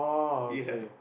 ya